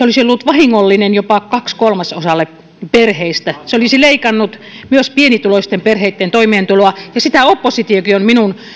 olisi ollut vahingollinen jopa kahdelle kolmasosalle perheistä se olisi leikannut myös pienituloisten perheitten toimeentuloa ja sitä oppositiokin on minun